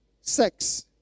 Sex